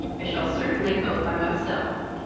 i shall certainly go by myself.